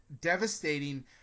devastating